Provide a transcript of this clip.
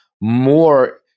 more